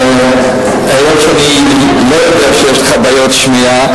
והיות שאני לא יודע שיש לך בעיות שמיעה,